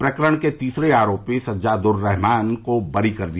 प्रकरण के तीसरे आरोपी सज्जाद्दर्रहमान को बरी कर दिया